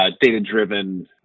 data-driven